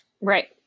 Right